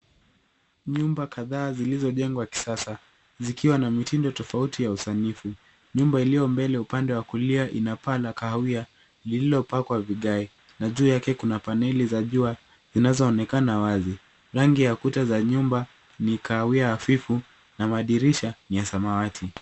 Nyumba kadhaa zilizo jengwa kisasa, zikiwa na mitindo ya tofauti ya usanifu. Nyumba iliyo mbele upande wa kulia, ina paa la kahawia lililopakwa vigae, na juu yake kuna paneli za jua, zinazoonekana wazi. Rangi ya kuta za nyumba ni kahawia hafifu na madirisha ni ya samawati.